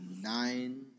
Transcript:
nine